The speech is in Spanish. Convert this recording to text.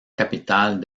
capital